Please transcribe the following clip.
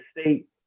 state